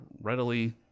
readily